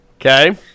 Okay